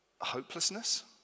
hopelessness